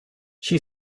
she